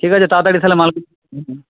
ঠিক আছে তাড়াতাড়ি তাহলে মাল